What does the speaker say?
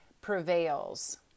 prevails